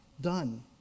Done